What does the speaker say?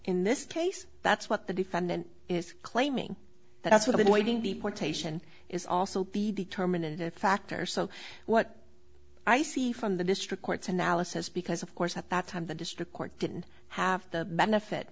in this case that's what the defendant is claiming that's what the waiting deportation is also be determinative factor so what i see from the district court's analysis because of course at that time the district court didn't have the benefit